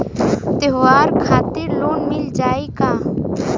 त्योहार खातिर लोन मिल जाई का?